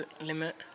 limit